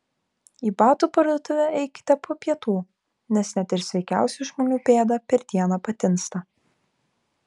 į batų parduotuvę eikite po pietų nes net ir sveikiausių žmonių pėda per dieną patinsta